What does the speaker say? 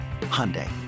Hyundai